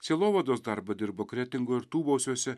sielovados darbą dirbo kretingoj ir tūbausiuose